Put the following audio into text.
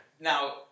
now